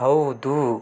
ಹೌದು